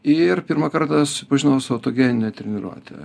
ir pirmą kartą susipažinau su autogenine treniruote